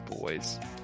boys